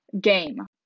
Game